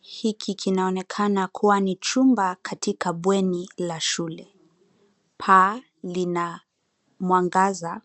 Hiki kinaonekana kuwa chumba katika bweni la shule. Paa lina mwangaza